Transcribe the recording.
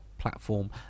platform